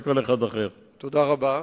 תודה רבה.